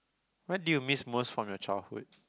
what do you miss most from your childhood